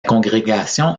congrégation